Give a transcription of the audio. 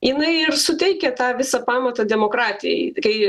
jinai ir suteikia tą visą pamatą demokratijai kai